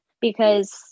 Because-